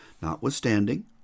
Notwithstanding